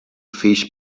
fills